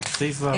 סעיף (ו).